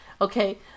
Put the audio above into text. Okay